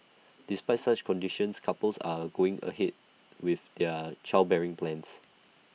despite such conditions couples are A going ahead with their childbearing plans